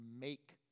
make